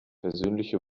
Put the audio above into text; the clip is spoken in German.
versöhnliche